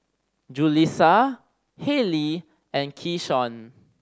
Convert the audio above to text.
Julissa Hallie and Keyshawn